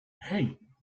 hey